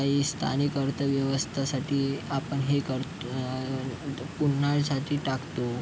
काही स्थानिक अर्थव्यवस्थासाठी आपण हे करतो पुन्हा साठी टाकतो